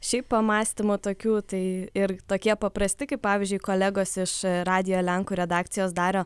šiaip pamąstymų tokių tai ir tokie paprasti kaip pavyzdžiui kolegos iš radijo lenkų redakcijos dario